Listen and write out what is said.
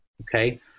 Okay